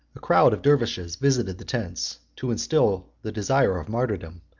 a crowd of dervises visited the tents, to instil the desire of martyrdom,